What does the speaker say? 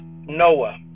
Noah